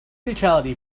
neutrality